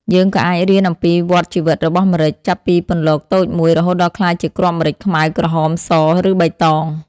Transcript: យើងក៏អាចរៀនអំពីវដ្ដជីវិតរបស់ម្រេច ចាប់ពីពន្លកតូចមួយ រហូតដល់ក្លាយជាគ្រាប់ម្រេចខ្មៅ ក្រហម ស ឬបៃតង ។